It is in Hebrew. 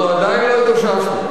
אנחנו עדיין לא התאוששנו.